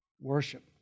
Worship